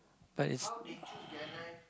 but it's